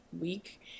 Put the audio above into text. week